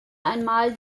einmal